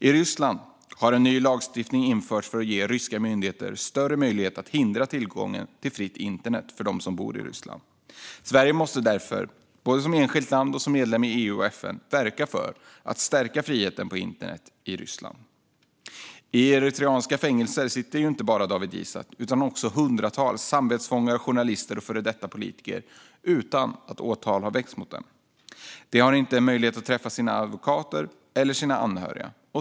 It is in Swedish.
I Ryssland har en ny lagstiftning införts för att ge ryska myndigheter större möjlighet att hindra tillgången till ett fritt internet för dem som bor i Ryssland. Sverige måste därför, både som enskilt land och som medlem i EU och FN, verka för att stärka friheten på internet i Ryssland. I eritreanska fängelser sitter inte bara Dawit Isaak. Där sitter hundratals samvetsfångar, journalister och före detta politiker utan att åtal har väckts mot dem. De har inte möjlighet att träffa advokater eller sina anhöriga.